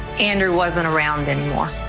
and her was and around anymore.